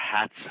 Hats